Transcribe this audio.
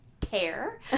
Care